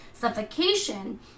Suffocation